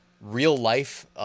real-life